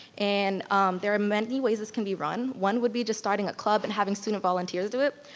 and there are many ways this can be run. one would be just starting a club and having student volunteers do it,